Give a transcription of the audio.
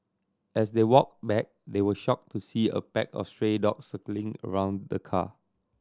as they walked back they were shocked to see a pack of stray dogs circling around the car